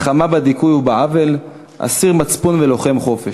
עם מלחמה בדיכוי ובעוול, אסיר מצפון ולוחם חופש.